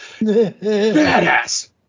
badass